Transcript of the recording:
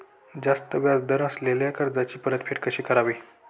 जास्त व्याज दर असलेल्या कर्जाची परतफेड कशी करावी?